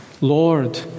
Lord